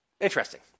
Interesting